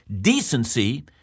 decency